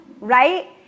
right